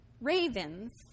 ravens